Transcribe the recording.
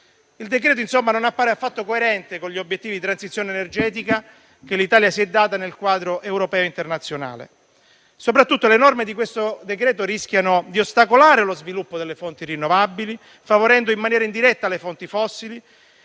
Il decreto-legge, insomma, non appare affatto coerente con gli obiettivi di transizione energetica che l'Italia si è data nel quadro europeo e internazionale. Soprattutto, le norme di questo decreto rischiano di ostacolare lo sviluppo delle fonti rinnovabili, favorendo in maniera indiretta le fonti fossili.